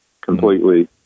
completely